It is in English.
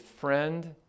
friend